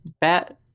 Bat